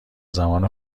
زمان